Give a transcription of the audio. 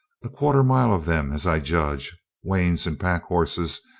a quarter-mile of them, as i judge, wains and pack horses,